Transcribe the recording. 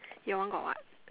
you one got what